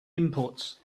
inputs